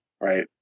right